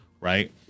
right